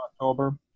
October